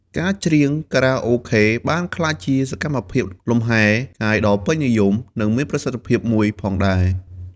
ការច្រៀងខារ៉ាអូខេបានក្លាយជាសកម្មភាពលំហែកាយដ៏ពេញនិយម និងមានប្រសិទ្ធភាពមួយផងដែរ។